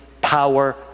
power